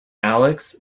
alex